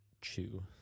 chew